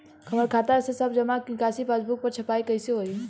हमार खाता के सब जमा निकासी पासबुक पर छपाई कैसे होई?